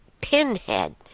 pinhead